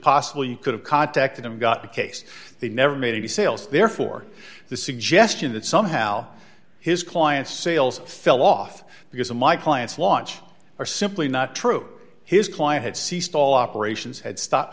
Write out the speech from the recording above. possible you could have contacted him got the case they never made any sales therefore the suggestion that somehow his client's sales fell off because of my client's launch are simply not true his client had ceased all operations had stopped